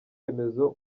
remezo